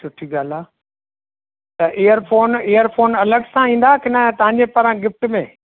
सुठी ॻाल्हि आहे त ईयर फ़ोन ईयर फ़ोन अलॻि सां ईंदा की न तव्हां पारां गिफ़्ट में